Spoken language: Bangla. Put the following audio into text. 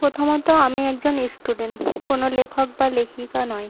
প্রথমত আমি একজন স্টুডেন্ট কোনো লেখক বা লেখিকা নয়